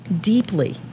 deeply